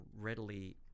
readily